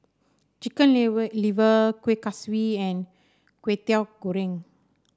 Chicken Liver Kueh Kaswi and Kwetiau Goreng